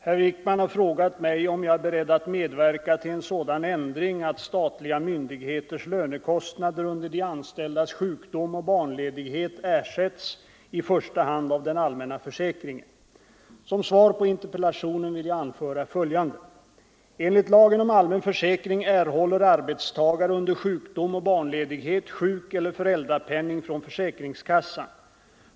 Herr talman! Herr Wijkman har frågat mig om jag är beredd att medverka till en sådan ändring att statliga myndigheters lönekostnader under de anställdas sjukdom och barnledighet ersätts — i första hand av den allmänna försäkringen. Som svar på interpellationen vill jag anföra följande. Enligt lagen om allmän försäkring erhåller arbetstagare under sjukdom och barnledighet sjukeller föräldrapenning från försäkringskassan.